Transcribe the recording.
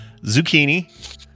zucchini